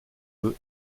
veut